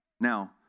now